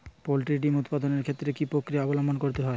Poultry ডিম উৎপাদনের ক্ষেত্রে কি পক্রিয়া অবলম্বন করতে হয়?